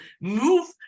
move